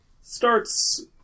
starts